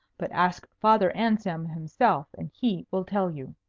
but ask father anselm himself, and he will tell you.